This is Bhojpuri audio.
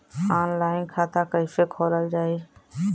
ऑनलाइन खाता कईसे खोलल जाई?